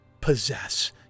possess